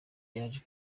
yaje